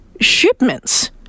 shipments